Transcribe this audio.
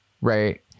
Right